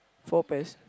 four pears